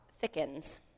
thickens